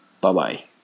Bye-bye